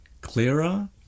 clearer